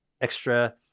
extra